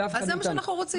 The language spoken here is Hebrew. זה מה שאנחנו רוצים.